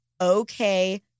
okay